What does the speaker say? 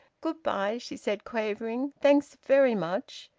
good-bye, she said, quavering. thanks very much.